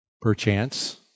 perchance